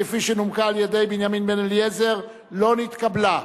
כפי שנומקה על-ידי בנימין בן-אליעזר, לא נתקבלה.